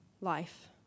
life